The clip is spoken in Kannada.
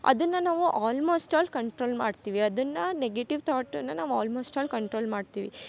ಅದನ್ನ ನಾವು ಆಲ್ಮೊಸ್ಟ್ ಆಲ್ ಕಂಟ್ರೋಲ್ ಮಾಡ್ತೀವಿ ಅದನ್ನ ನೆಗೆಟಿವ್ ತಾಟ್ನ್ನ ನಾವು ಆಲ್ಮೊಸ್ಟ್ ಆಲ್ ಕಂಟ್ರೋಲ್ ಮಾಡ್ತೀವಿ